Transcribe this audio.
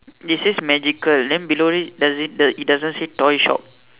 it says magical then below it does it does it doesn't say toy shop